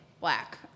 black